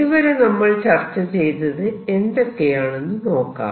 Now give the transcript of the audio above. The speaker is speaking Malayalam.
ഇതുവരെ നമ്മൾ ചർച്ച ചെയ്തത് എന്തൊക്കെയാണെന്ന് നോക്കാം